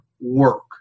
work